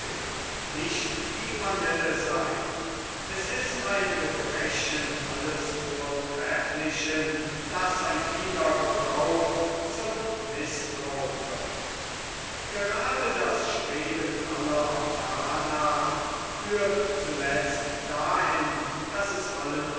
es ist ein gebrechen alles vortrefflichen daß sein vieler gebrauch zum mißbrauch wird grade das streben aller danach führt zuletzt dahin daß es allen